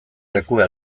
lekua